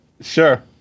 Sure